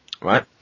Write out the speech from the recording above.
right